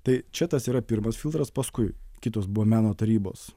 tai čia tas yra pirmas filtras paskui kitos buvo meno tarybos